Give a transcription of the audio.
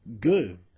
Good